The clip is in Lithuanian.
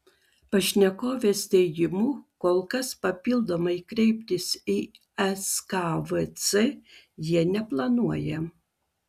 pašnekovės teigimu kol kas papildomai kreiptis į skvc jie neplanuoja